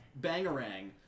Bangarang